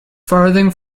farthing